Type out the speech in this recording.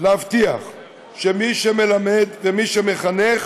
להבטיח שמי שמלמד ומי שמחנך